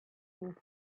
with